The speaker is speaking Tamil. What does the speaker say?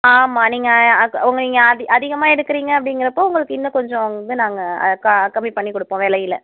ஆமாம் நீங்கள் நீங்கள் அதி அதிகமாக எடுக்குறீங்க அப்படிங்கிறப்ப உங்களுக்கு இன்னும் கொஞ்சம் வந்து நாங்கள் க கம்மி பண்ணி கொடுப்போம் விலையில